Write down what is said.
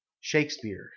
shakespeare